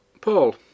Paul